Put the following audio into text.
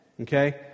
Okay